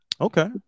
Okay